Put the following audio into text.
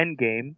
Endgame